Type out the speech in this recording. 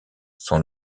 sont